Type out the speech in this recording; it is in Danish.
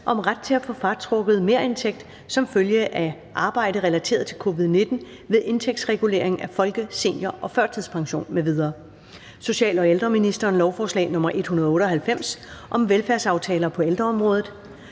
(Ret til at få fratrukket merindtægt som følge af arbejde relateret til covid-19 ved indtægtsregulering af folke-, senior- og førtidspension m.v.)). Social- og ældreministeren (Astrid Krag): Lovforslag nr. L 198 (Forslag til lov om velfærdsaftaler på ældreområdet).